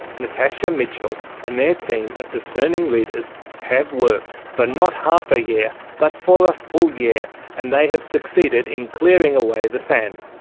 natasha mitchell and their team of discerning readers have worked for not half a year, but for a full year and they have succeeded in clearing away the sand.